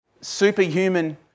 superhuman